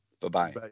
Bye-bye